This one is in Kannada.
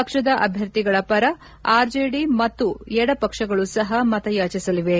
ಪಕ್ಷದ ಅಭ್ಯರ್ಥಿಗಳ ಪರ ಆರ್ಜೆಡಿ ಮತ್ತು ಎಡಪಕ್ಷಗಳು ಸಪ ಮತಯಾಚಿಸಲಿವೆ